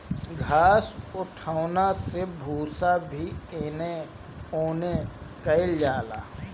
घास उठौना से भूसा भी एने ओने कइल जाला